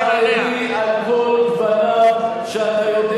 חבר הכנסת זאב, הוא עונה לך.